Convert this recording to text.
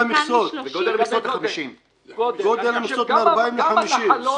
גודל המכסות זה 50. גודל המכסות מ-40 ל-50.